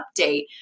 update